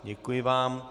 Děkuji vám.